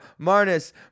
Marnus